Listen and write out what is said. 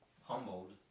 humbled